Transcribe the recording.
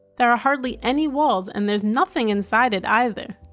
there are hardly any walls and there's nothing inside it either.